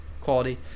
quality